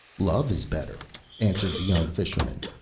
love is better answered the young fisherman,